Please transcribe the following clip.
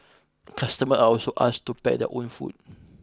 customers are also asked to pack their own food